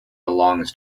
belongs